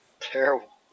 Terrible